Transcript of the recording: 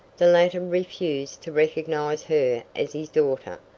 the latter refused to recognize her as his daughter,